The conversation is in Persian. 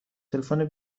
تلفن